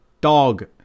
Dog